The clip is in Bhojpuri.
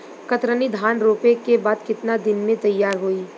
कतरनी धान रोपे के बाद कितना दिन में तैयार होई?